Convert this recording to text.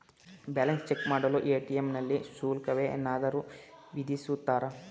Balance check ಮಾಡಲು ATM ನಲ್ಲಿ ಶುಲ್ಕವೇನಾದರೂ ವಿಧಿಸುತ್ತಾರಾ?